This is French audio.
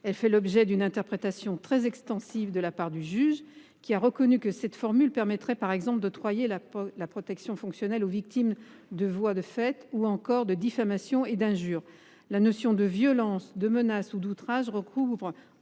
Elle fait l’objet d’une interprétation extensive de la part du juge, qui a reconnu que cette formule permettait, par exemple, d’octroyer la protection fonctionnelle aux victimes de voies de fait, de diffamations ou d’injures. La notion de « violences, de menaces ou d’outrages » recouvre